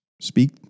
Speak